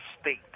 state